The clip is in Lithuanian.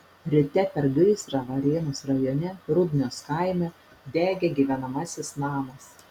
ryte per gaisrą varėnos rajone rudnios kaime degė gyvenamasis namas